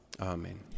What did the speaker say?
Amen